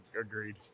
agreed